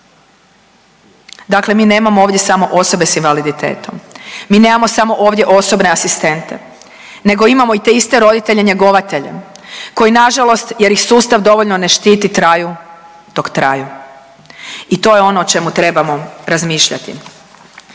Dakle, mi nemamo ovdje samo osobe sa invaliditetom, mi nemamo samo ovdje osobne asistente nego imamo i te iste roditelje-njegovatelje koji na žalost jer ih sustav dovoljno ne štiti traju dok traju i to je ono o čemu trebamo razmišljati.